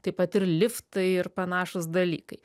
taip pat ir liftai ir panašūs dalykai